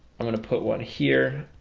i'm gonna put one here.